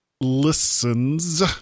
listens